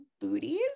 booties